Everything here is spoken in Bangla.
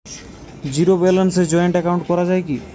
জীরো ব্যালেন্সে জয়েন্ট একাউন্ট করা য়ায় কি?